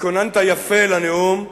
התכוננת יפה לנאום,